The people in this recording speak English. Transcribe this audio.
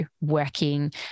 working